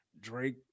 Drake